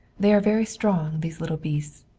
they are very strong, these little beasts.